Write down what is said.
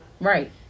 right